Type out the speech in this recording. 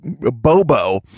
Bobo